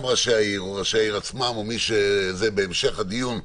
ראשי העיר או ראשי העיר עצמם בהמשך הדיון,